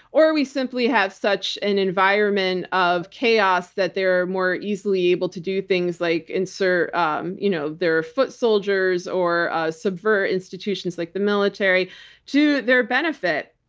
or or we simply have such an environment of chaos that they're more easily able to do things like insert um you know their foot soldiers or subvert institutions like the military to their benefit.